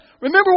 Remember